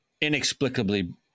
inexplicably